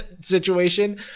situation